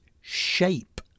shape